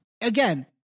again